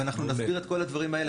ואנחנו נסביר את כל הדברים האלה.